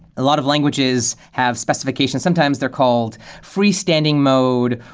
a lot of languages have specifications. sometimes they're called free-standing mode,